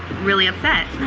really upset.